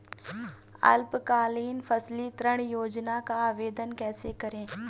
अल्पकालीन फसली ऋण योजना का आवेदन कैसे करें?